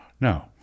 No